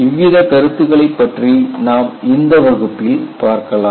இவ்வித கருத்துக்களைப் பற்றி நாம் இந்த வகுப்பில் பார்க்கலாம்